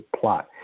plot